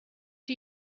are